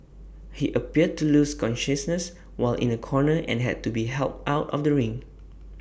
he appeared to lose consciousness while in A corner and had to be helped out of the ring